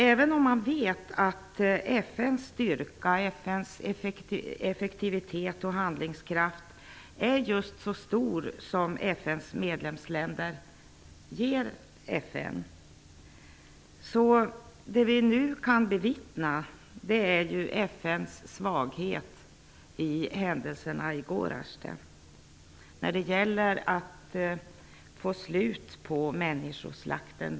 Även om man vet att FN:s styrka, effektivitet och handlingskraft är just så stor som FN:s medlemsländer medger, kan vi nu bevittna FN:s svagheter i samband med händelserna i Gorazde, där det gäller att få slut på människoslakten.